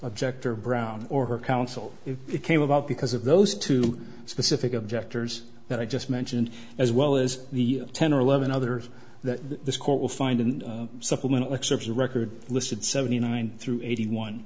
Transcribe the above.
objector brown or her counsel if it came about because of those two specific objectors that i just mentioned as well as the ten or eleven others that this court will find in supplement the record listed seventy nine through eighty one